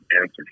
answer